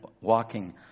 walking